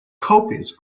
copies